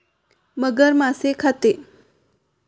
मगर मासे खाते